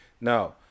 Now